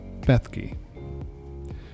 Bethke